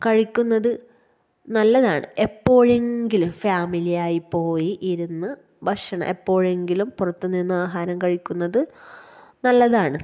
കഴിക്കുന്നത് നല്ലതാണ് എപ്പോഴെങ്കിലും ഫാമിലിയായി പോയി ഇരുന്ന് ഭക്ഷണം എപ്പോഴെങ്കിലും പുറത്ത് നിന്ന് ആഹാരം കഴിക്കുന്നത് നല്ലതാണ്